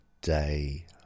day